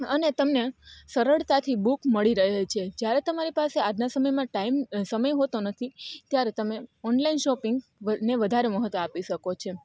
અને તમને સરળતાથી બુક મળી રહે છે જ્યારે તમારી પાસે આજના સમયમાં ટાઈમ સમય હોતો નથી ત્યારે તમે ઓનલાઈન શોપિંગને વધારે મહત્વ આપી શકો છો